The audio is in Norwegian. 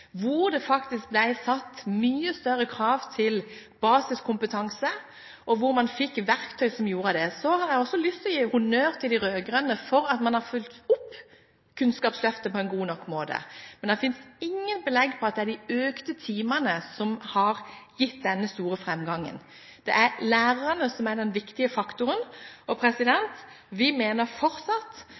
hvor det faktisk ble satt mye større krav til basiskompetanse, og hvor man fikk verktøyet som gjorde det. Så har jeg også lyst til å gi honnør til de rød-grønne for at man har fulgt opp Kunnskapsløftet på en god nok måte. Men det finnes ingen belegg for at det er de økte timene som har gitt denne store framgangen. Det er lærerne som er den viktige faktoren. Vi mener fortsatt